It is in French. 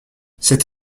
cette